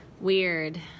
weird